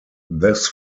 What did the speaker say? this